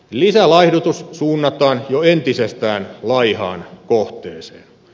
lisälaihdutus suunnataan jo entisestään laihaan kohteeseen